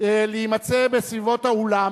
להימצא בסביבות האולם,